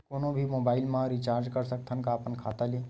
कोनो भी मोबाइल मा रिचार्ज कर सकथव का अपन खाता ले?